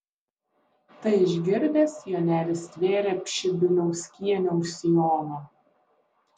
tai išgirdęs jonelis stvėrė pšibiliauskienę už sijono